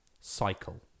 Cycle